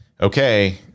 okay